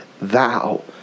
thou